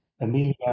Amelia